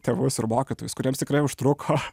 tėvus ir mokytojus kuriems tikrai užtruko